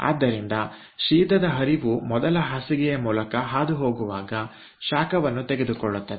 ಆದ್ದರಿಂದ ಶೀತದ ಹರಿವು ಮೊದಲ ಬೆಡ್ ನ ಮೂಲಕ ಹಾದುಹೋಗುವಾಗ ಶಾಖವನ್ನು ತೆಗೆದುಕೊಳ್ಳುತ್ತದೆ